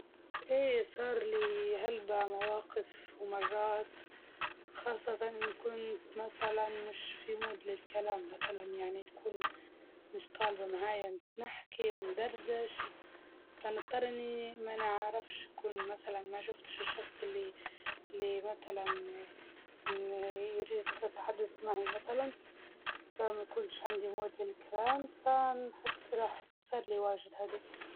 إي مرة صارت إني ديرت روحي لما شفت حد، علشان ما نبي نسلم عليه ونتكلم معاه ونواجهه، ولما نكون مشغولة وما عندي خلق ندير هيك.